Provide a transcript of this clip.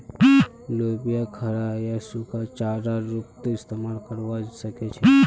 लोबियाक हरा या सूखा चारार रूपत इस्तमाल करवा सके छे